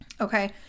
Okay